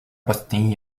bosnie